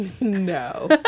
No